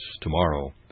tomorrow